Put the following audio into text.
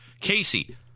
casey